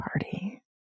party